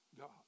God